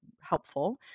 helpful